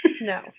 No